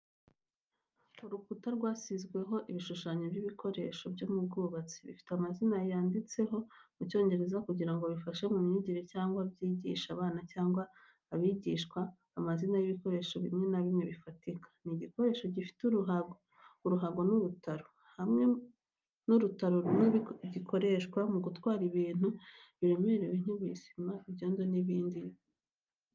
Urukuta rwasizweho ibishushanyo by’ibikoresho byo mu bwubatsi, bifite amazina yanditseho mu Cyongereza kugira ngo bifashe mu myigire cyangwa kwigisha abana cyangwa abigishwa amazina y'ibikoresho bimwe na bimwe bifatika. Ni igikoresho gifite uruhago n’urutaro hamwe n’urutaro rumwe gikoreshwa mu gutwara ibintu biremereye nk’ibuye, isima, ibyondo, ibiti n’ibindi.